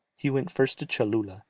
he went first to cholula,